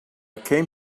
came